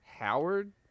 Howard